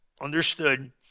understood